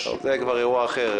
זה כבר אירוע אחר.